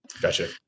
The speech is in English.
Gotcha